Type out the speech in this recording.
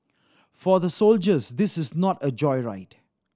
for the soldiers this is not a joyride